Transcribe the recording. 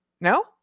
No